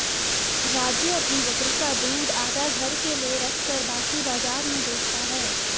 राजू अपनी बकरी का दूध आधा घर के लिए रखकर बाकी बाजार में बेचता हैं